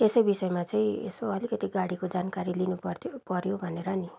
त्यसै विषयमा चाहिँ यसो अलिकति गाडीको जानकारी लिनु पर्थ्यो पर्यो भनेर नि